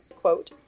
quote